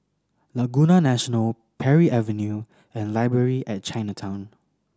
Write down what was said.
Laguna National Parry Avenue and Library at Chinatown